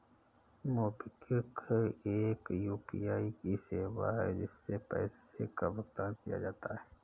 MobiKwik एक UPI की सेवा है, जिससे पैसे का भुगतान किया जाता है